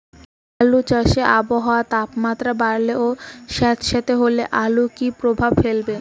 আলু চাষে আবহাওয়ার তাপমাত্রা বাড়লে ও সেতসেতে হলে আলুতে কী প্রভাব ফেলবে?